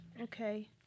Okay